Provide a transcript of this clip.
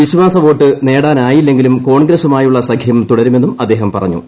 വിശ്വാസവോട്ട് നേടാനായില്ലെങ്കിലും കോൺഗ്രസുമായുള്ള സഖ്യം തുടരുമെന്നും അദ്ദേഹം പറഞ്ഞു